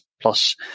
Plus